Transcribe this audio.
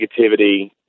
negativity